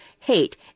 hate